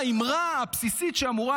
מעבר לאמרה הבסיסית שאמורה,